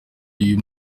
y’uyu